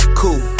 cool